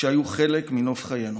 שהיו חלק מנוף חיינו.